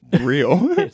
real